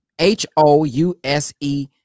H-O-U-S-E